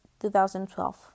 2012